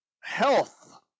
health